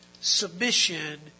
Submission